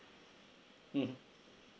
mm uh